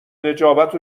نجابت